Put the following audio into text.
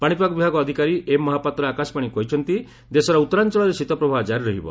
ପାଣିପାଗ ବିଭାଗ ଅଧିକାରୀ ଏମ୍ ମହାପାତ୍ର ଆକାଶବାଣୀକୁ କହିଛନ୍ତି ଦେଶର ଉତ୍ତରାଞ୍ଚଳରେ ଶୀତ ପ୍ରବାହ ଜାରି ରହିବ